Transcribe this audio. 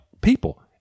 people